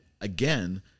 again